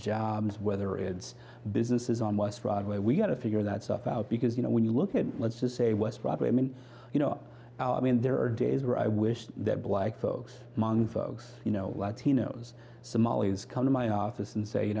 jobs whether it's businesses on west broadway we got to figure that stuff out because you know when you look at let's just say west proper i mean you know i mean there are days where i wish that black folks you know latinos somalis come to my office and say you